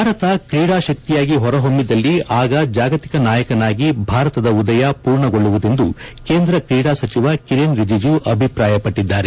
ಭಾರತ ಕ್ರೀಡಾ ಶಕ್ತಿಯಾಗಿ ಹೊರಹೊಮ್ಸಿದಲ್ಲಿ ಆಗ ಜಾಗತಿಕ ನಾಯಕನಾಗಿ ಭಾರತದ ಉದಯ ಪೂರ್ಣಗೊಳ್ಳವುದೆಂದು ಕೇಂದ್ರ ಕ್ರೀಡಾ ಸಚಿವ ಕಿರೆನ್ ರಿಜಿಜು ಅಭಿಪ್ರಾಯ ಪಟ್ಟದ್ದಾರೆ